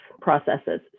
processes